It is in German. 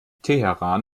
teheran